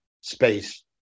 space